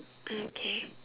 mm K